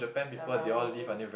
their Ramen